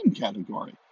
category